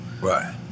Right